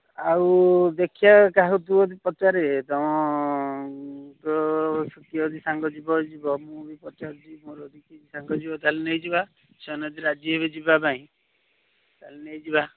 ଆଉ ଦେଖିବା କାହାକୁ ତୁ ଯଦି ପଚାରେ କିଏ ଯଦି ସାଙ୍ଗ ଯିବ ଯଦି ଯିବ ମୁଁ ବି ପଚାରୁଛି ମୋର ଯଦି କେହି ସାଙ୍ଗ ଯିବ ତା'ହେଲେ ନେଇଯିବା ସେମାନେ ଯଦି ରାଜିହେବେ ଯିବା ପାଇଁ ତା'ହେଲେ ନେଇଯିବା